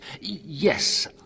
Yes